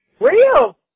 real